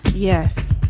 yes.